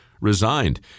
Resigned